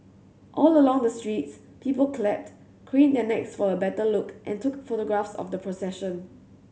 all along the streets people clapped craned their necks for a better look and took photographs of the procession